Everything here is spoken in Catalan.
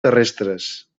terrestres